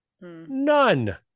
None